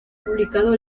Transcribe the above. publicado